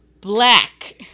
black